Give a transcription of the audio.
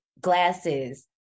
glasses